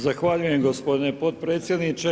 Zahvaljujem gospodine podpredsjedniče.